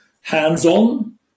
hands-on